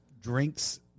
drinks